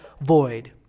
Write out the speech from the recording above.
void